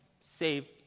save